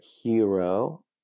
hero